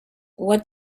what